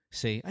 say